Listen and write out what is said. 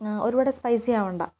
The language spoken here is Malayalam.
ആ ഒരുപാട് സ്പൈസി ആവണ്ട